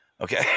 Okay